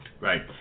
Right